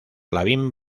lavín